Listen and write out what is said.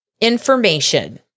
information